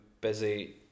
busy